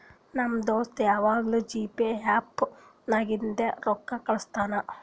ನಮ್ ದೋಸ್ತ ಯವಾಗ್ನೂ ಜಿಪೇ ಆ್ಯಪ್ ನಾಗಿಂದೆ ರೊಕ್ಕಾ ಕಳುಸ್ತಾನ್